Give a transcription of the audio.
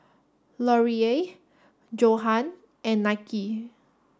L Oreal Johan and Nike